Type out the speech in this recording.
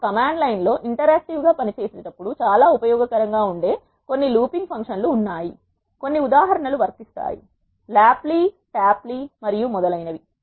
మేము command line లో ఇంటరాక్టివ్గా పనిచేసే టప్పుడు చాలా ఉపయోగ కరంగా ఉండే కొన్ని లూపింగ్ ఫంక్షన్లు ఉన్నాయి కొన్ని ఉదాహరణలు వర్తిస్తాయి లాప్లీ ట్యాప్లీ మరియు మొదలైనవి